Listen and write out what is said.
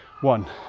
one